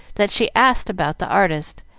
that she asked about the artist,